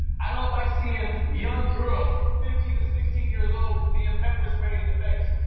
i don't like seeing young girls fifteen sixteen years old being pepper sprayed in the face.